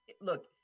look